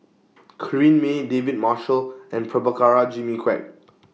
Corrinne May David Marshall and Prabhakara Jimmy Quek